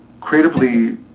creatively